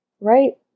right